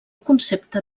concepte